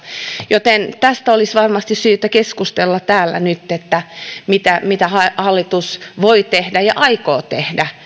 joten tästä olisi varmasti syytä keskustella täällä nyt mitä mitä hallitus voi tehdä ja aikoo tehdä